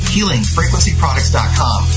HealingFrequencyProducts.com